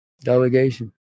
delegation